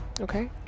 okay